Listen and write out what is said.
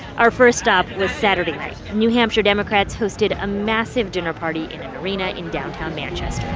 our first stop was saturday night. new hampshire democrats hosted a massive dinner party in an arena in downtown manchester